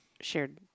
shared